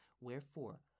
Wherefore